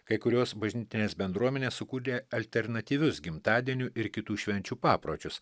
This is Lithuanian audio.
kai kurios bažnytinės bendruomenės sukūrė alternatyvius gimtadienių ir kitų švenčių papročius